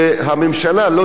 ואתה אמרת את זה.